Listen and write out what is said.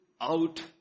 out